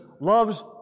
loves